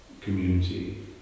community